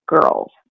girls